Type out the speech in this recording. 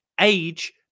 age